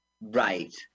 Right